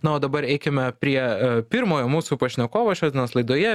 na o dabar eikime prie pirmojo mūsų pašnekovo šios dienos laidoje